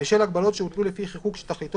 בשל הגבלות שהוטלו לפי חיקוק שתכליתו